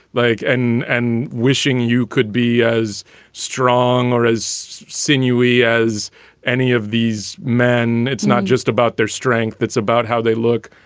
like and and wishing you could be as strong or as sinewy as any of these men. it's not just about their strength. it's about how they look.